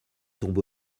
tombe